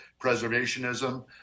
preservationism